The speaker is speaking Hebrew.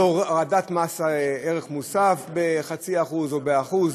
הורדת מס ערך מוסף ב-0.5% או ב-1%,